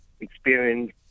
experience